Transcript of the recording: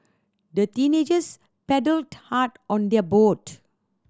the teenagers paddled hard on their boat